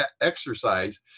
exercise